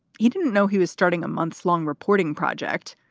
he didn't know he was starting a month long reporting project,